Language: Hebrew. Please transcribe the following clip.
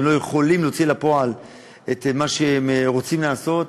יכולים להוציא לפועל את מה שהם רוצים לעשות,